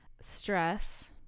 stress